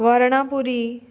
Varunapuri